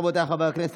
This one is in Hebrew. רבותיי חברי הכנסת,